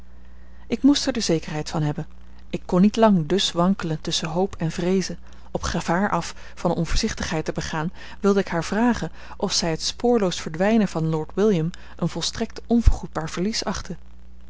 ik moest er de zekerheid van hebben ik kon niet lang dus wankelen tusschen hoop en vreeze op gevaar af van eene onvoorzichtigheid te begaan wilde ik haar vragen of zij het spoorloos verdwijnen van lord william een volstrekt onvergoedbaar verlies achtte